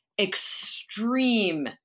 extreme